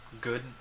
good